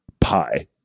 Pie